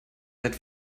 seid